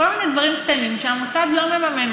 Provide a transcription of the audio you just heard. כל מיני דברים קטנים שהמוסד לא מממן,